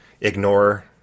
ignore